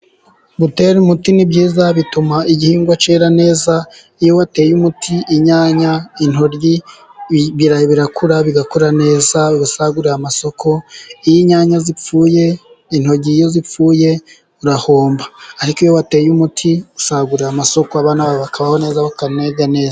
Gutera umuti ni byiza bituma igihingwa cyera neza. Iyo wateye umuti inyanya, intoryi, birakura bigakura neza bigasagurira amasoko. Iyo inyanya zipfuye, intoryi iyo zipfuye urahomba. Ariko iyo wateye umuti usagurira amasoko, abana bawe bakabaho neza bakaniga neza.